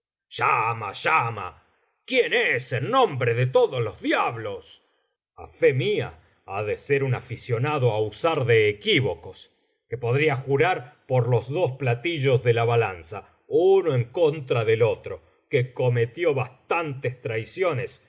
llama llama quién es en nombre de todos los diablos a fé mía ha de ser un aficionado á usar de equívocos que podría jurar por los dos platillos de la balanza uno en contra del otro que cometió bastantes traiciones